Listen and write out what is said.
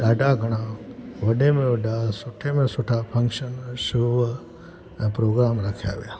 ॾाढा घणा वॾे में वॾा सुठे में सुठा फंक्शन शो जा प्रोग्राम रखिया विया